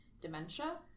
dementia